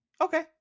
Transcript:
Okay